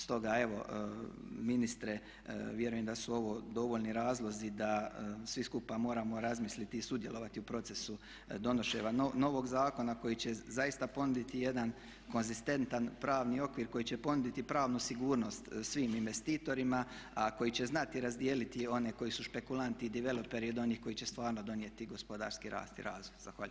Stoga evo ministre vjerujem da su ovo dovoljni razlozi da svi skupa moramo razmisliti i sudjelovati u procesu donošenja novog zakona koji će zaista ponuditi jedan konzistentan pravni okvir koji će ponuditi pravnu sigurnost svim investitorima a koji će znati razdijeliti one koji su špekulanti i developeri od onih koji će stvarno donijeti gospodarski rast i razvoj.